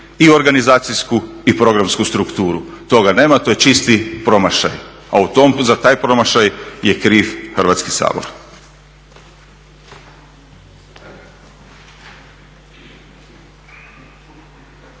i organizacijsku i programsku strukturu. Toga nema, to je čisti promašaj. A za taj promašaj je kriv Hrvatski sabor.